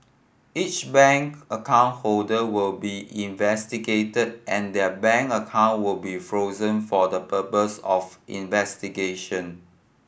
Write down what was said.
each bank account holder will be investigated and their bank account will be frozen for the purpose of investigation